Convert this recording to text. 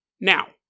Now